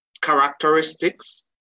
characteristics